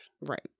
Right